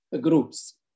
groups